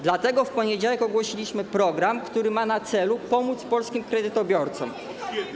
Dlatego w poniedziałek ogłosiliśmy program, który ma na celu pomoc polskim kredytobiorcom.